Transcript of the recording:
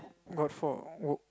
what what for